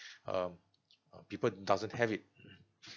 um uh people doesn't have it